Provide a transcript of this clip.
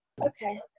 Okay